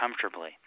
comfortably